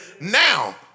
now